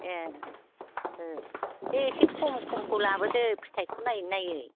ए ओ बे एसे खम खमखौ लाबोदो फिथाइखौ नायै नायै